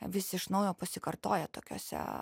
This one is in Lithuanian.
vis iš naujo pasikartoja tokiuose